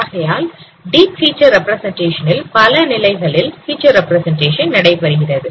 ஆகையால் deep feature representation ல் பல நிலைகளில் ஃபிச்சர் ரெப்பிரசெண்டேஷன் நடைபெறுகிறது